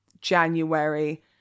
January